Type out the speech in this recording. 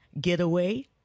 Getaway